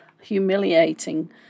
humiliating